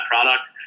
product